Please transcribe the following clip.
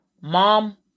mom